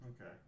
Okay